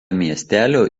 miestelio